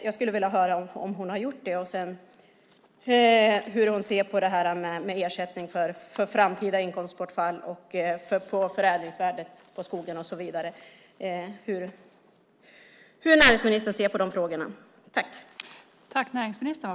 Jag skulle vilja höra om hon har gjort det och hur hon ser på det här med ersättning för framtida inkomstbortfall på förädlingsvärdet på skogen och så vidare, alltså hur näringsministern ser på de frågorna.